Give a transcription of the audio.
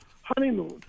honeymoon